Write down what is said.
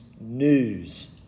news